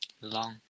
Long